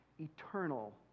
eternal